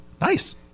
Nice